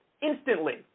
instantly